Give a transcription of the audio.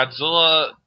Godzilla